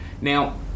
Now